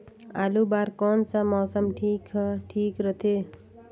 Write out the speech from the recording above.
आलू बार कौन सा मौसम ह ठीक रथे?